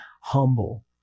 humble